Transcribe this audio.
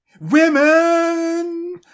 women